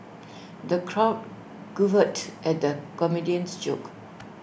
the crowd guffawed at the comedian's jokes